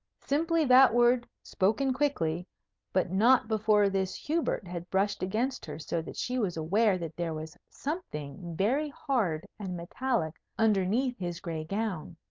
simply that word, spoken quickly but not before this hubert had brushed against her so that she was aware that there was something very hard and metallic underneath his gray gown.